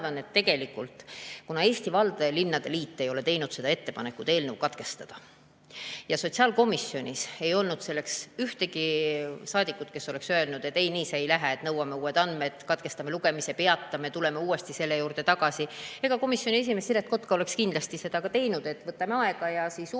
ja sotsiaalkomisjonis ei olnud ühtegi saadikut, kes oleks öelnud, et ei, nii see ei lähe, nõuame uusi andmeid, katkestame lugemise, peatame ja tuleme uuesti selle juurde tagasi. Ka komisjoni esimees Siret Kotka oleks kindlasti saanud seda teha, et võtame aega ja uurime.